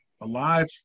alive